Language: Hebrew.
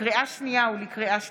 לקריאה שנייה ולקריאה שלישית,